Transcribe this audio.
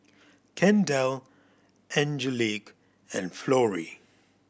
Kendell Angelique and Florie